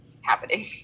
happening